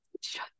shut